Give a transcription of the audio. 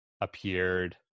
appeared